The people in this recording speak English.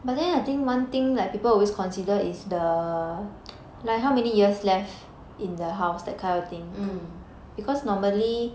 mm